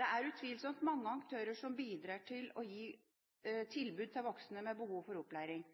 Det er utvilsomt mange aktører som bidrar til å gi tilbud til voksne med behov for opplæring.